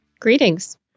Greetings